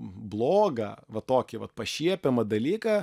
blogą va tokį vat pašiepiamą dalyką